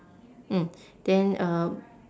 mm then uh